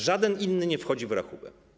Żaden inny nie wchodzi w rachubę.